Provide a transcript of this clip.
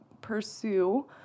pursue